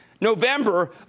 November